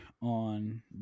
on